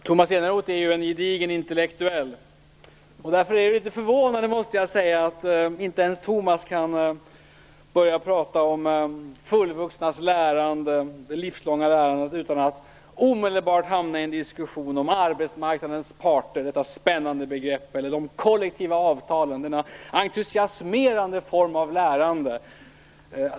Herr talman! Tomas Eneroth är en gedigen intellektuell. Därför är det litet förvånande, måste jag säga, att inte ens Tomas Eneroth kan börja prata om fullvuxnas livslånga lärande utan att omedelbart hamna i en diskussion om arbetsmarknadens parter - detta spännande begrepp - eller de kollektiva avtalen - denna entusiasmerande form av lärande.